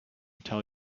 tell